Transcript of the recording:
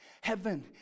heaven